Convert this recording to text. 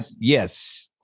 yes